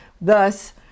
Thus